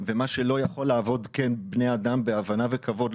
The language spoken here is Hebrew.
מה שלא יכול לעבוד כבני אדם בהבנה וכבוד,